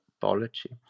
biology